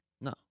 No